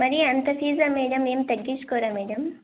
మరీ అంత ఫీజా మేడం ఏం తగ్గించుకోరా మేడం